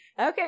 Okay